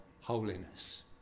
holiness